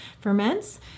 ferments